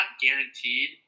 guaranteed